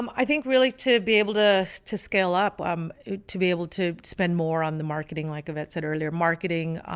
um i think really, to be able to to scale up um to be able to spend more on the marketing like events, that earlier marketing,